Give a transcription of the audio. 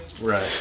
Right